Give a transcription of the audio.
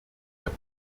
der